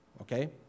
okay